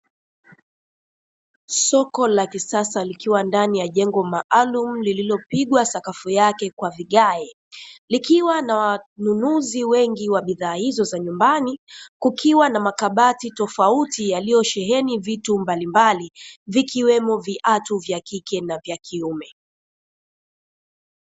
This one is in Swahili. Soko la kisasa likiwa ndani ya jengo maalum lililopigwa sakafu yake kwa vigae likiwa na wanunuzi wengi wa bidhaa hizo za majumbani kukiwa na makabati tofauti yaliyosheheni vitu mbalimbali vikiwemo viatu vya kike na vyakiume.